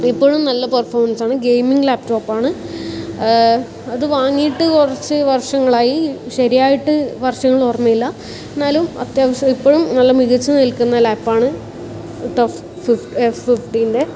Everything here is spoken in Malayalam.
ഇപ്പോഴും നല്ല പെർഫോമൻസ് ആണ് ഗെയിമിംഗ് ലാപ്ടോപ്പ് ആണ് അത് വാങ്ങിയിട്ട് കുറച്ച് വർഷങ്ങളായി ശരിയായിട്ട് വർഷങ്ങൾ ഓർമ്മയില്ല എന്നാലും അത്യാവശ്യം ഇപ്പോഴും നല്ല മികച്ച് നിൽക്കുന്ന ലാപ്പ് ആണ് ടഫ് എഫ് ഫിഫ്റ്റിൻ്റെ